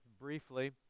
briefly